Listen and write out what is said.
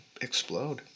explode